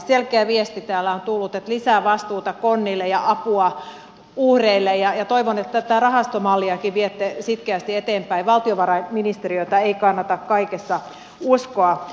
selkeä viesti täältä on tullut että lisää vastuuta konnille ja apua uhreille ja toivon että tätä rahastomalliakin viette sitkeästi eteenpäin valtiovarainministeriötä ei kannata kaikessa uskoa